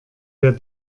der